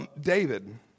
David